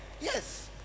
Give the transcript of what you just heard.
Yes